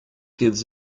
gives